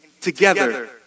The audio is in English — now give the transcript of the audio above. together